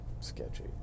sketchy